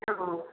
अँ अँ